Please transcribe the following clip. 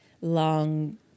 long